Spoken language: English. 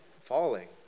falling